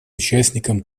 участником